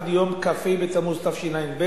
עד יום כ"ה בתמוז תשע"ב,